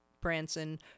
Branson